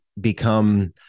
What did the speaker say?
become